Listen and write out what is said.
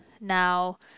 now